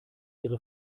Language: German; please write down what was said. ihre